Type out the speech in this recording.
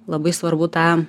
labai svarbu tą